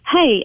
Hey